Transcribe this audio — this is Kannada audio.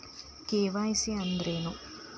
ಕೆ.ವೈ.ಸಿ ಅಂದ್ರೇನು?